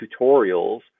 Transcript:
tutorials